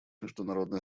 международное